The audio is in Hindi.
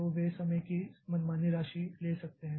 तो वे समय की मनमानी राशि ले सकते हैं